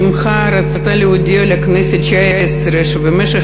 בשמחה אני רוצה להודיע לכנסת התשע-עשרה שבמשך